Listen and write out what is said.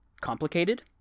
complicated